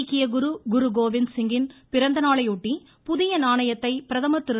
சீக்கிய குரு குருகோபிந்த் சிங்கின் பிறந்தநாளையொட்டி புதிய நாணயத்தை பிரதமர் திரு